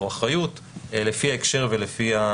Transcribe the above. אנחנו רושמים לפנינו את הצורך